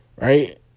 right